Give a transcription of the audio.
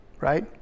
right